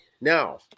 Now